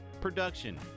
production